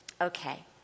Okay